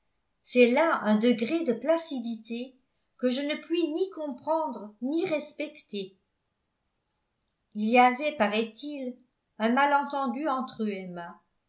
c'est là un degré de placidité que je ne puis ni comprendre ni respecter il y avait paraît-il un malentendu entre eux emma